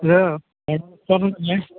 ആ ഇത് റസ്റ്റോറൻ്റ് അല്ലേ